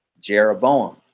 jeroboam